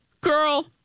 girl